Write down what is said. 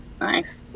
nice